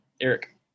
Eric